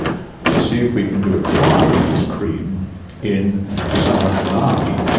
to see if we can do a trial of this cream in the south african army,